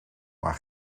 maar